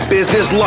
Business